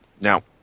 Now